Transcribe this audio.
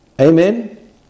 Amen